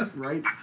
right